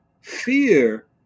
fear